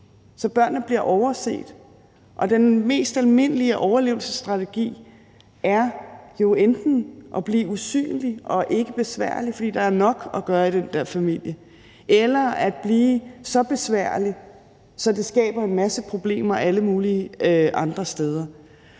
at børnene bliver overset. Og den mest almindelige overlevelsesstrategi er jo enten at blive usynlig og ikke være besværlig, fordi der er nok at gøre i den der familie, eller at blive så besværlig, at det skaber en masse problemer alle mulige andre steder.